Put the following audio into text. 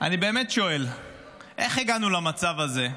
אני באמת שואל איך הגענו למצב הזה,